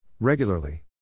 Regularly